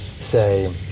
say